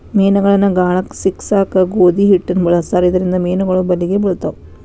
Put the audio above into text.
ಮೇನಗಳನ್ನ ಗಾಳಕ್ಕ ಸಿಕ್ಕಸಾಕ ಗೋಧಿ ಹಿಟ್ಟನ ಬಳಸ್ತಾರ ಇದರಿಂದ ಮೇನುಗಳು ಬಲಿಗೆ ಬಿಳ್ತಾವ